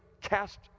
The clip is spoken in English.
cast